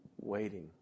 waiting